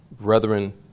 Brethren